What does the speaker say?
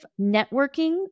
networking